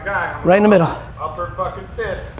right in the middle. up for a fucking fifth.